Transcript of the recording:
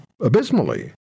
abysmally